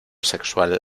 sexual